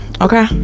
okay